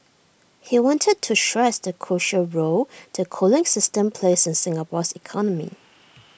he wanted to stress the crucial role the cooling system plays in Singapore's economy